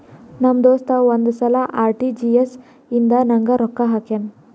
ನಮ್ ದೋಸ್ತ ಒಂದ್ ಸಲಾ ಆರ್.ಟಿ.ಜಿ.ಎಸ್ ಇಂದ ನಂಗ್ ರೊಕ್ಕಾ ಹಾಕ್ಯಾನ್